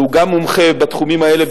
שגם הוא מומחה בתחומים האלה,